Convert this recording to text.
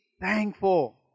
Thankful